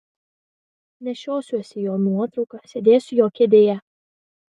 nešiosiuosi jo nuotrauką sėdėsiu jo kėdėje